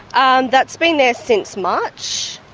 and that's been there since march.